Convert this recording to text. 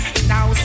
now